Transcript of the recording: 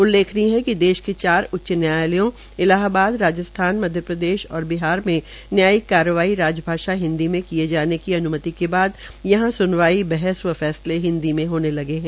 उल्लेखनीय है कि देश के चार उच्च न्यायालयों इलाहबाद राजस्थान मध्यप्रदेश और बिहार में न्यायिक कार्रवाई राजभाषा हिन्दी में किये जाने की अन्मति के बाद यहां स्नवाई बहस व फैस्ले हिन्दी में होंने लगे है